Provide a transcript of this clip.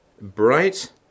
bright